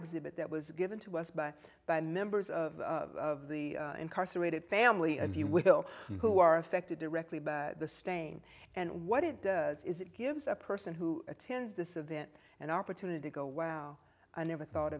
exhibit that was given to us by by members of the of the incarcerated family and you will who are affected directly by the stain and what it does is it gives a person who attend this event an opportunity go wow i never thought